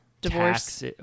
Divorce